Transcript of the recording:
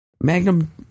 Magnum